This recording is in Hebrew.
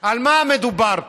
על מה מדובר פה?